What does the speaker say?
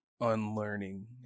unlearning